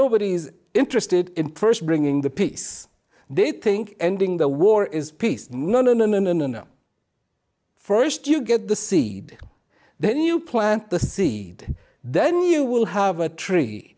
nobody is interested in first bringing the peace they think ending the war is peace no no no no no no first you get the seed then you plant the seed then you will have a tree